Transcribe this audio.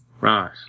Right